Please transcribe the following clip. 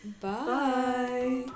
Bye